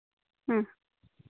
ᱦᱮᱸ